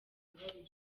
akabariro